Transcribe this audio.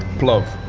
plov.